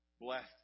blessed